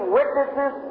witnesses